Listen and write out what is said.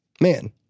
man